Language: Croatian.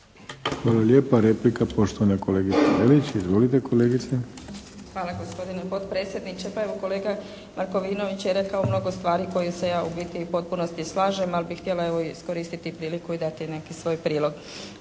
Hvala lijepa. Replika. Poštovana kolegica Lelić. Izvolite kolegice. **Lelić, Ruža (HDZ)** Hvala gospodine potpredsjedniče. Pa evo kolega Markovinović je rekao mnogo stvari kojima se ja u biti u potpunosti slažem. Ali bih htjela evo i iskoristiti priliku i dati neki svoj prilog